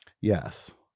Yes